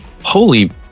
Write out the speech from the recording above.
holy